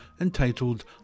entitled